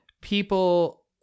People